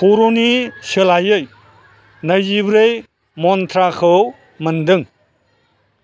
पुर'नि सोलायै नैजिब्रै मन्त्राखौ मोन्दों